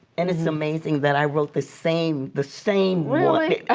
and it's amazing that i wrote this same, the same really?